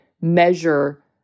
measure